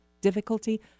Difficulty